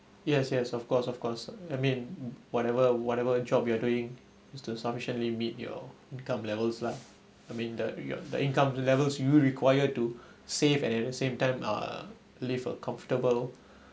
yes yes of course of course I mean whatever whatever job you are doing is to sufficiently meet your income levels lah I mean the ya the income levels you you require to save and at the same time uh live a comfortable